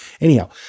Anyhow